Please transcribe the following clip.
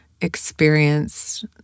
experienced